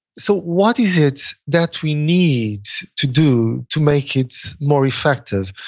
so what is it that we need to do to make it more effective?